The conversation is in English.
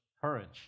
Courage